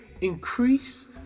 increase